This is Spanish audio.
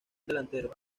delantero